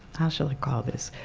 how should i call this?